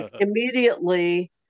immediately